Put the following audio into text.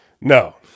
No